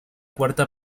cuarta